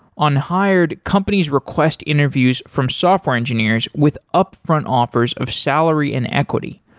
on hired, companies request interviews from software engineers with upfront offers of salary and equity,